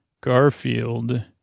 Garfield